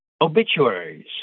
obituaries